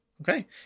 Okay